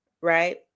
right